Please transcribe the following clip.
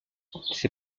ses